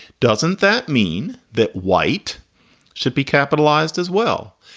doesn't that mean that white should be capitalized as well?